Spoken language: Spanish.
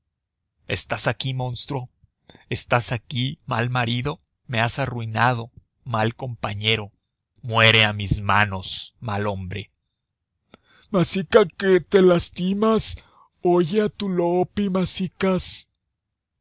estás aquí monstruo estás aquí mal marido me has arruinado mal compañero muere a mis manos mal hombre masicas que te lastimas oye a tu loppi masicas